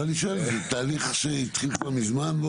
לא, אני שואל, זה תהליך שהתחיל כבר מזמן?